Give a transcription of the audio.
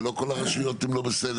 ולא כל הרשויות הן לא בסדר.